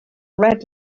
red